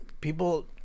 people